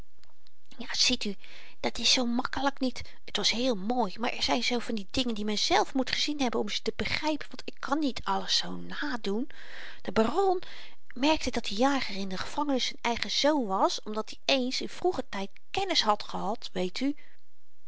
ja ziet u dat s zoo makkelyk niet t was heel mooi maar er zyn zoo van die dingen die men zelf moet gezien hebben om ze te begrypen want ik kan niet alles zoo nadoen de baron merkte dat die jager in de gevangenis z'n eigen zoon was omdat i eens in vroeger tyd kennis had gehad weet u